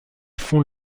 fond